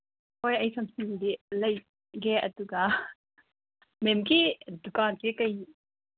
ꯍꯣꯏ ꯑꯩ ꯁꯝꯁꯨꯡꯒꯤ ꯂꯩꯒꯦ ꯑꯗꯨꯒ ꯃꯦꯝꯒꯤ ꯗꯨꯀꯥꯟꯁꯦ ꯀꯔꯤ